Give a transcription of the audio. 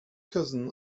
cousin